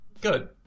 Good